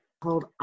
called